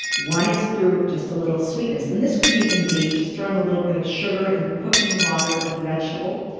one is through just a little sweetness, and this could even be just throwing a little bit of sugar in the cooking water of the vegetable,